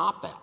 out